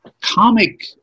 comic